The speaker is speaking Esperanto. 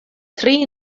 tri